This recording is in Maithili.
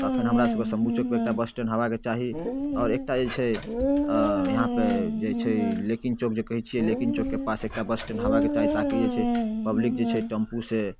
तऽ एखन हमरा सभके शम्भू चौकपर एकटा बस स्टैण्ड हेबाक चाही आओर एकटा जे छै अऽ इहाँपर जे छै लेकिन चौक जे कहै छियै लेकिन चौकके पास एकटा बस स्टैण्ड हेबाक चाही ताकि जे छै पब्लिक जे छै टम्पू से